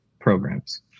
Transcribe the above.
programs